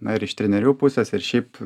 na ir iš trenerių pusės ir šiaip